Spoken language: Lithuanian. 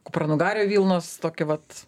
kupranugario vilnos tokį vat